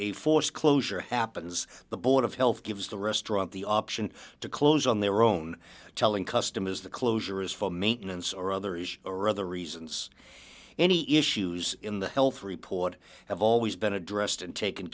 a forced closure happens the board of health gives the restaurant the option to close on their own telling customers the closure is for maintenance or others or other reasons any issues in the health report have always been addressed and taken